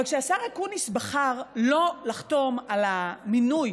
אבל כשהשר אקוניס בחר שלא לחתום על המינוי